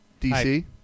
DC